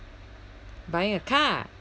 buying a car